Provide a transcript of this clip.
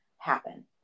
happen